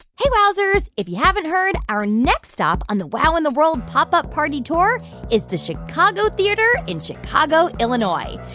hey, wowzers. if you haven't heard, our next stop on the wow in the world pop up party tour is the chicago theatre in chicago, ill. and